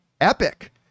epic